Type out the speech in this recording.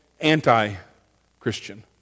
anti-Christian